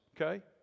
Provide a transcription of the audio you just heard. Okay